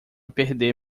perder